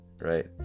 right